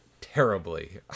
terribly